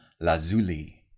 Lazuli